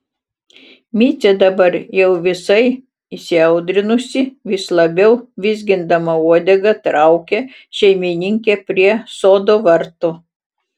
micė dabar jau visai įsiaudrinusi vis labiau vizgindama uodegą traukia šeimininkę prie sodo vartų